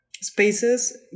spaces